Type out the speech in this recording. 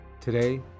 today